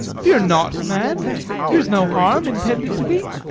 fear not, man here's no harm intended to thee.